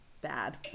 bad